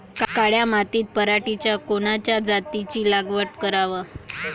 काळ्या मातीत पराटीच्या कोनच्या जातीची लागवड कराव?